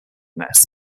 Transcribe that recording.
nests